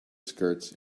skirts